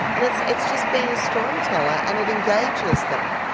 and it's it's just been a story teller, and it engages them,